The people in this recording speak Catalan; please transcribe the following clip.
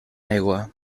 aigua